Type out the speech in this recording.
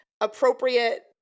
appropriate